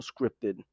scripted